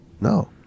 No